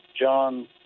John